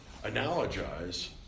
analogize